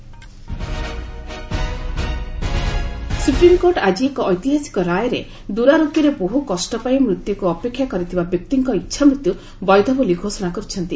SC euthanasia supreme court ଆଜି ଏକ ଐତିହାସିକ ରାୟରେ ଦୂରାରୋଗ୍ୟରେ ବହୁ କଷ୍ଟ ପାଇ ମୃତ୍ୟୁକୁ ଅପେକ୍ଷା କରିଥିବା ବ୍ୟକ୍ତିଙ୍କ ଇଚ୍ଛାମୃତ୍ୟୁ ବୈଧ ବୋଲି ଘୋଷଣା କରିଛନ୍ତି